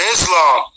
Islam